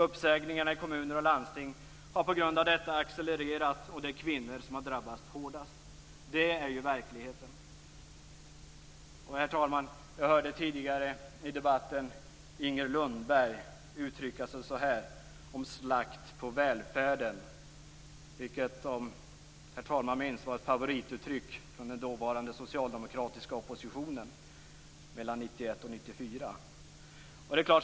Uppsägningarna i kommuner och landsting har på grund av detta accelererat, och det är kvinnor som har drabbats hårdast. Det är verkligheten! Herr talman! Jag hörde tidigare i debatten Inger Lundberg uttrycka "en slakt på välfärden". Det var, om herr talman minns, ett favorituttryck hos den dåvarande socialdemokratiska oppositionen mellan 1991 och 1994.